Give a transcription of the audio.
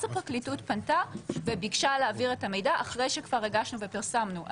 אז הפרקליטות פנתה וביקשה להעביר את המידע אחרי שכבר הגשנו ופרסמנו.